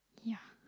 yeah